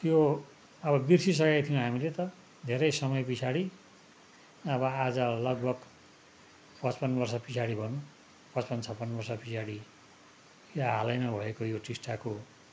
यो अब बिर्सिसकेको थियौँ हामीले त धेरै समय पछाडि अब आज लगभग पचपन्न वर्ष पछाडि भनौँ पचपन्न छपन्न वर्ष पछाडि यो हालैमा भएको यो टिस्टाको